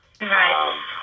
Right